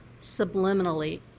subliminally